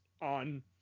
on